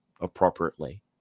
appropriately